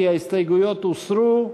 כי ההסתייגויות הוסרו.